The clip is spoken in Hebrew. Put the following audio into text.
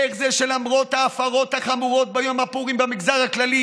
איך זה שלמרות ההפרות החמורות ביום הפורים במגזר הכללי